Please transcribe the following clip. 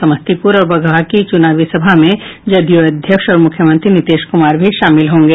समस्तीपुर और बगहा की चुनावी सभा में जदयू अध्यक्ष और मुख्यमंत्री नीतीश कुमार भी शामिल होंगे